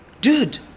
dude